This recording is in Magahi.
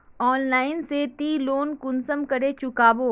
ऑनलाइन से ती लोन कुंसम करे चुकाबो?